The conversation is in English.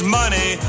money